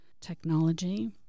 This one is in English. technology